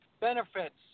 benefits